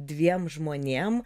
dviem žmonėm